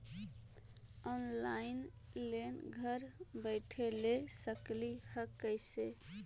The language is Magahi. ऑनलाइन लोन घर बैठे ले सकली हे, कैसे?